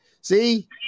See